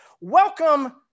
Welcome